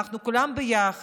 אנחנו כולם ביחד,